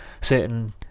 certain